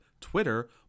Twitter